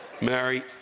Mary